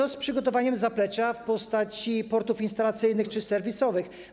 Co z przygotowaniem zaplecza w postaci portów instalacyjnych czy serwisowych?